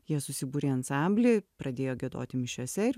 jie susibūrė į ansamblį pradėjo giedoti mišiose ir